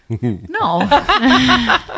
No